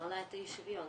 מעלה את אי השוויון